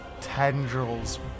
tendrils